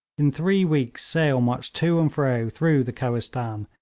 in three weeks sale marched to and fro through the kohistan,